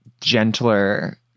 gentler